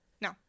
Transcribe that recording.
No